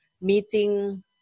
meeting